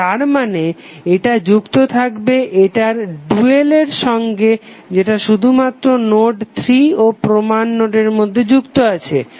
তো তার মানে এটা যুক্ত থাকবে এটার ডুয়াল এর সঙ্গে যেটা শুধুমাত্র নোড 3 ও প্রমান নোডের মধ্যে যুক্ত আছে